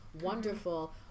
wonderful